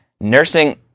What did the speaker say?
nursing